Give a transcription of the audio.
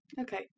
Okay